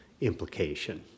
implication